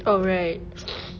oh right